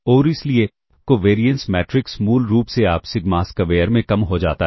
और इसलिए covariance matrix मूल रूप से आप सिग्मा स्क्वेयर में कम हो जाता है